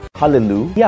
hallelujah